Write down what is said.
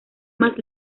más